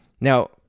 Now